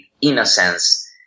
innocence